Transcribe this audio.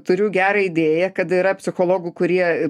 turiu gerą idėją kad yra psichologų kurie